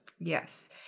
Yes